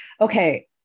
Okay